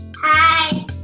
Hi